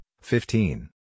fifteen